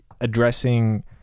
addressing